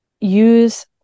use